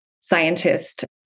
scientist